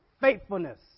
faithfulness